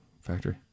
factory